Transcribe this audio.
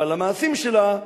אבל המעשים שלה,